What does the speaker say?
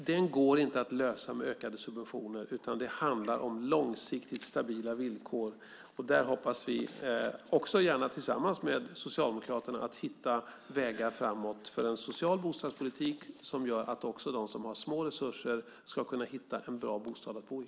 Det går inte att lösa med ökade subventioner, utan det handlar om långsiktigt stabila villkor. Där hoppas vi på att, gärna tillsammans med Socialdemokraterna, kunna hitta vägar framåt till en social bostadspolitik som gör att också de som har små resurser kan hitta en bra bostad att bo i.